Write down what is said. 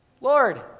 Lord